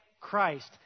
Christ